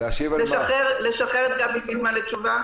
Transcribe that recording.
זה לא נוגע בזכויות מן הסוג הזה בכלל.